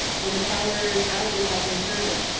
when the power is out, we have no service.